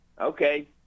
Okay